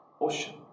ocean